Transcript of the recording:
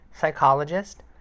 psychologist